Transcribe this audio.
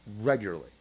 regularly